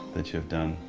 that you've done.